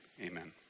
amen